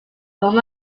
from